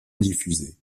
diffusés